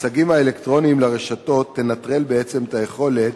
הצגים האלקטרוניים תנטרל בעצם את היכולת